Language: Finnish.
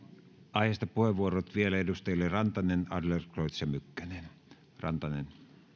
aiheesta puheenvuorot vielä edustajille rantanen adlercreutz ja mykkänen